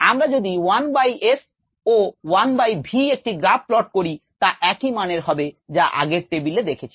আমরা যদি 1 by s ও 1 বাই v একটি গ্রাফ প্লট করি তা একই মানের হবে যা আগের টেবিলে দেখেছি